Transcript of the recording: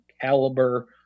caliber